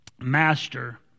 Master